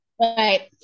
Right